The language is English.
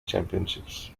championships